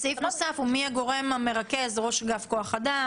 הסעיף הנוסף הוא מי הוא הגורם המרכז ראש אגף כוח אדם,